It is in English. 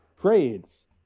trades